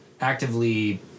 actively